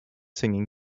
singing